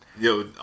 Yo